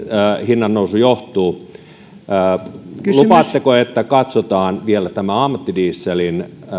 hinnannousu johtuu lupaatteko että katsotaan vielä tämä ammattidieselin